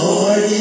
Lord